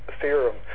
theorem